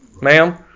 ma'am